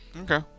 Okay